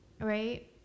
right